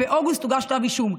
ובאוגוסט הוגש כתב אישום.